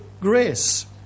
grace